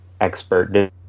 expert